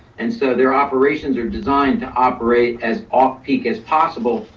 and so their operations are designed to operate as off-peak as possible,